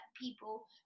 people